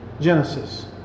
Genesis